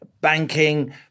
banking